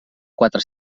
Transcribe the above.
quatre